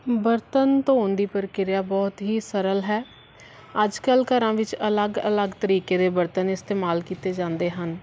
ਬਰਤਨ ਧੋਣ ਦੀ ਪ੍ਰਕ੍ਰਿਆ ਬਹੁਤ ਹੀ ਸਰਲ ਹੈ ਅੱਜ ਕੱਲ੍ਹ ਘਰਾਂ ਵਿੱਚ ਅਲੱਗ ਅਲੱਗ ਤਰੀਕੇ ਦੇ ਬਰਤਨ ਇਸਤੇਮਾਲ ਕੀਤੇ ਜਾਂਦੇ ਹਨ